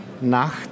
Nacht